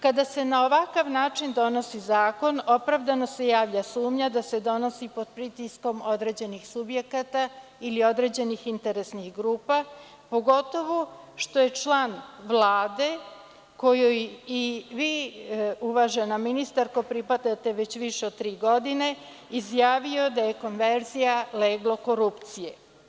Kada se na ovakav način donosi zakon opravdano se javlja sumnja da se donosi pod pritiskom određenih subjekata ili određenih interesnih grupa pogotovo što je član Vlade kojoj i vi uvažena ministarko pripadate već više od tri godine izjavio da je konverzija leglo korupcije.